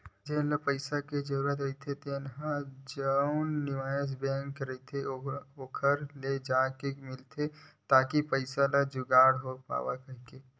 जेन ल पइसा के जरूरत रहिथे तेन ह जउन निवेस बेंक रहिथे ओखर ले जाके मिलथे ताकि पइसा के जुगाड़ हो पावय कहिके